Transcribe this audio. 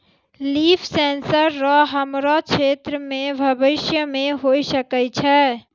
लिफ sensor रो हमरो क्षेत्र मे भविष्य मे होय सकै छै